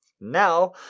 Now